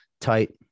tight